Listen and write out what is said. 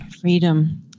Freedom